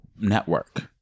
network